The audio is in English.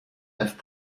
have